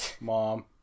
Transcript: Mom